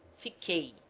fiquei.